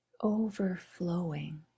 overflowing